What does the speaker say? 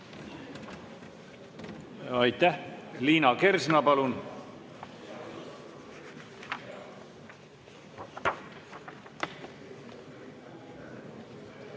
Aitäh! Liina Kersna, palun!